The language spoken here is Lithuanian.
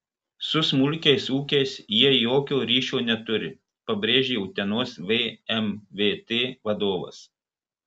su smulkiais ūkiais jie jokio ryšio neturi pabrėžė utenos vmvt vadovas